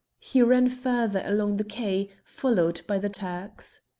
he ran further along the quay, followed by the turks.